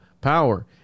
power